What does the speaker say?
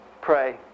pray